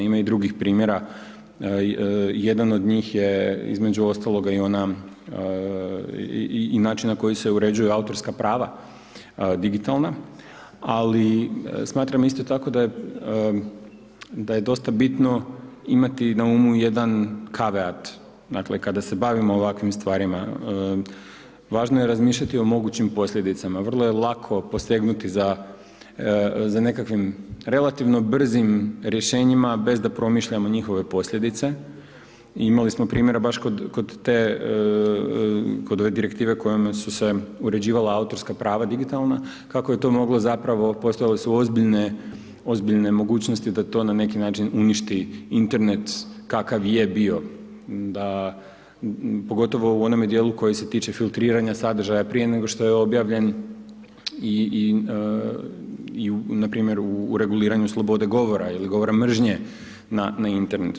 Ima i drugih primjera, jedan od njih je između ostaloga i ona i način na koji se uređuju autorska prava digitalna, ali smatram isto tako da je dosta bitno imati na umu jedan kaveart, dakle kada se bavimo ovakvim stvarima važno je razmišljati o mogućim posljedicama, vrlo je lako posegnuti za nekakvim relativno brzim rješenjima bez da promišljamo njihove posljedice i imali smo primjera baš kod te, kod ove Direktive kojom su se uređivala autorska prava digitalna, kako je to moglo zapravo postojale su ozbiljne, ozbiljne mogućnosti da to ne neki način uništi Internet kakav je bio, pogotovo u onome dijelu koji se tiče filtriranja sadržaja prije nego što je objavljen i u npr. u reguliranju slobode govora ili govora mržnje na internetu.